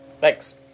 thanks